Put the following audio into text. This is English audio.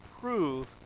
prove